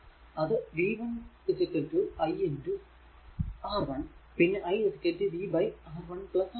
അത് v 1 i R1 പിന്നെ i v R1 R2